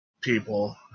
people